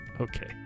Okay